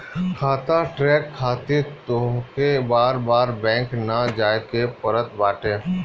खाता ट्रैक खातिर तोहके बार बार बैंक ना जाए के पड़त बाटे